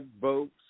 votes